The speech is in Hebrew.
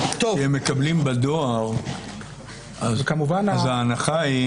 אבל כשהם מקבלים בדואר, אז ההנחה היא